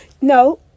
No